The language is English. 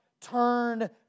turn